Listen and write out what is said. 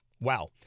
Wow